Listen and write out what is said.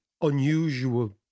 unusual